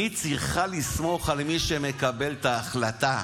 אני צריכה לסמוך על מי שמקבל את ההחלטה.